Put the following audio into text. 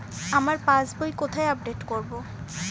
আমার পাস বই কোথায় আপডেট করব?